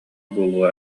буолуо